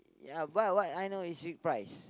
ya what what I know is with prize